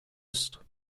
ist